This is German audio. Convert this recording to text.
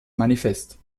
manifest